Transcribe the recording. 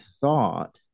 thought